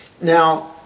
Now